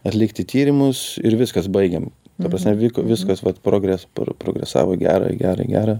atlikti tyrimus ir viskas baigėm ta prasme vyko viskas vat progresu progresavo į gera į gera į gera